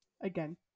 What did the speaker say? again